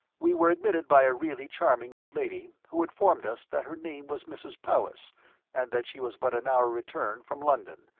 we were admitted by a really charming old lady, who informed us that her name was mrs. powis and that she was but an hour returned from london,